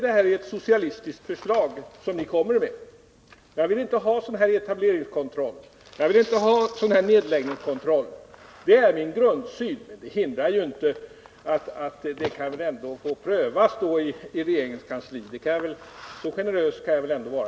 Det är ett socialistiskt förslag som ni lägger fram. Jag vill inte ha etableringskontroll eller nedläggningskontroll som ni föreslår. Det är min grundsyn — men det hindrar inte att frågan ändå kan prövas i regeringens kansli. Så generös bör man kunna vara.